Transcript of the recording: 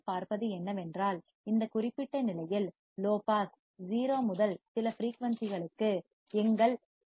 நீங்கள் பார்ப்பது என்னவென்றால் இந்த குறிப்பிட்ட நிலையில் லோ பாஸ் 0 முதல் சில ஃபிரீயூன்சிகளுக்கு எங்கள் எஃப்